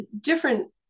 different